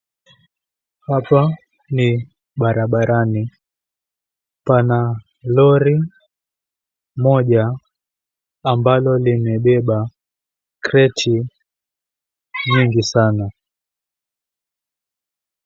Hapa ni barabarani. Pana [lori] moja ambalo limebeba [kreti] nyingi sana.